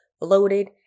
loaded